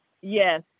Yes